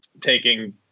taking